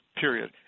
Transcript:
period